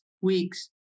weeks